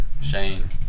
Shane